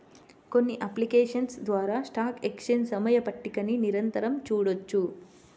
కొన్ని అప్లికేషన్స్ ద్వారా stock exchange సమయ పట్టికని నిరంతరం చూడొచ్చు